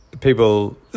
people